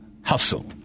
hustle